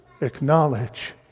acknowledge